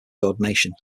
ordination